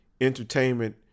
entertainment